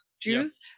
jews